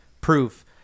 proof